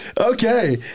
Okay